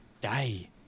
Day